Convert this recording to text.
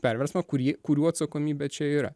perversmą kurį kurių atsakomybė čia yra